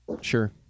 Sure